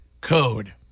code